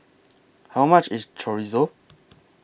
How much IS Chorizo